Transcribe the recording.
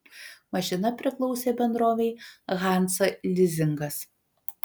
mašina priklausė bendrovei hansa lizingas